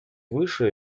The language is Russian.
выше